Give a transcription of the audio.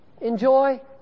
enjoy